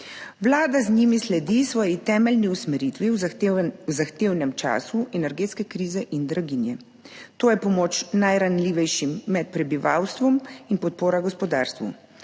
Vlada z njimi sledi svoji temeljni usmeritvi v zahtevnem času energetske krize in draginje. To je pomoč najranljivejšim med prebivalstvom in podpora gospodarstvu.